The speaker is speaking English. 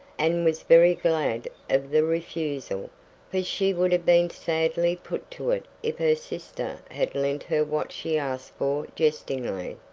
and was very glad of the refusal for she would have been sadly put to it if her sister had lent her what she asked for jestingly.